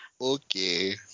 Okay